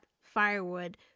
firewood